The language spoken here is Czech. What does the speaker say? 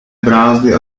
brázdy